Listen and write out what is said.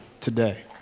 today